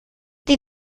die